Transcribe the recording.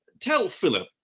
tell philip,